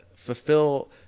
Fulfill